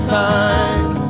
time